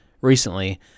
recently